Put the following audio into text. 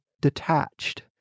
detached